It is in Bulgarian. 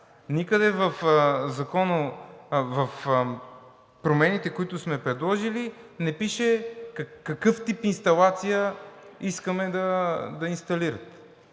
Никъде в промените, които сме предложили, не пише какъв тип инсталация искаме да инсталират.